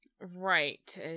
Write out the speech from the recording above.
Right